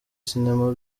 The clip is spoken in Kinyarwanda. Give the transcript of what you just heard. sinema